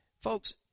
folks